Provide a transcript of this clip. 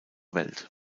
welt